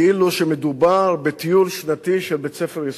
כאילו שמדובר בטיול שנתי של בית-ספר יסודי.